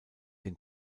den